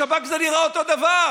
בשב"כ זה נראה אותו דבר.